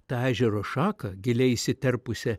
tą ežero šaką giliai įsiterpusią